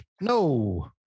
no